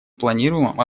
планируем